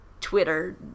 Twitter